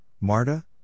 Marta